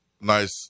nice